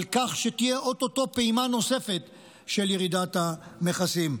על כך שתהיה או-טו-טו פעימה נוספת של ירידת המכסים.